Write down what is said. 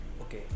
okay